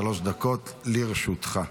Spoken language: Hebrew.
שלוש דקות לרשותך.